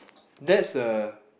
that's a